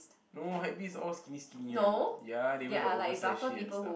no hypebeast all skinny skinny one ya they wear the oversize shit and stuff